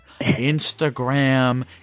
Instagram